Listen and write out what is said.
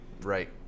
Right